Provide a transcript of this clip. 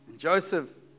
Joseph